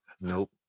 Nope